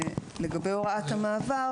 לגבי הוראת המעבר